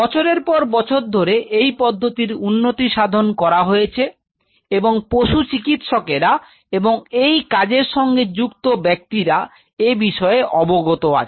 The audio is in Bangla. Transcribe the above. বছরের পর বছর ধরে এই পদ্ধতির উন্নতি সাধন করা হয়েছে এবং পশু চিকিৎসকেরা এবং এই কাজের সঙ্গে যুক্ত ব্যক্তিরা এ বিষয়ে অবগত আছেন